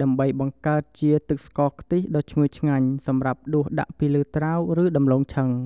ដើម្បីបង្កើតជាទឹកស្ករខ្ទិះដ៏ឈ្ងុយឆ្ងាញ់សម្រាប់ដួសដាក់ពីលើត្រាវឬដំឡូងឆឹង។